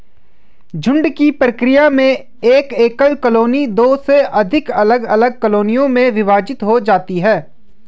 झुंड की प्रक्रिया में एक एकल कॉलोनी दो से अधिक अलग अलग कॉलोनियों में विभाजित हो जाती है